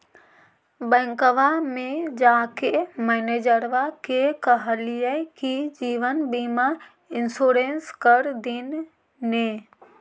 बैंकवा मे जाके मैनेजरवा के कहलिऐ कि जिवनबिमा इंश्योरेंस कर दिन ने?